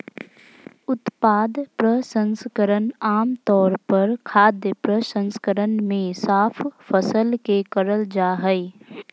उत्पाद प्रसंस्करण आम तौर पर खाद्य प्रसंस्करण मे साफ फसल के करल जा हई